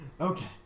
okay